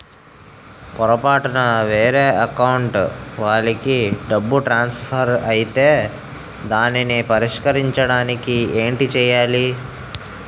పొరపాటున వేరే అకౌంట్ వాలికి డబ్బు ట్రాన్సఫర్ ఐతే దానిని పరిష్కరించడానికి ఏంటి చేయాలి?